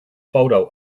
photo